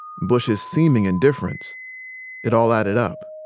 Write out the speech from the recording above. bush's seeming indifference it all added up.